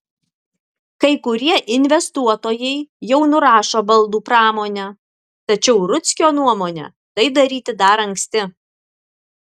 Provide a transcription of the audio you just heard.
kai kurie investuotojai jau nurašo baldų pramonę tačiau rudzkio nuomone tai daryti dar anksti